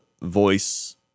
voice